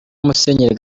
musenyeri